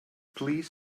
please